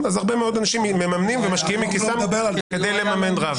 אז הרבה מאוד אנשים מממנים ומשקיעים מכיסם כדי לממן רב.